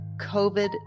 COVID